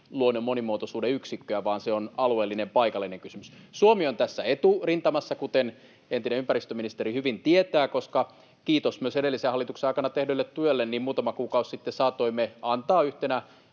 luonnon monimuotoisuuden yksikköä, vaan se on alueellinen, paikallinen kysymys. Suomi on tässä eturintamassa, kuten entinen ympäristöministeri hyvin tietää, koska — kiitos myös edellisen hallituksen aikana tehdylle työlle — muutama kuukausi sitten saatoimme antaa yhtenä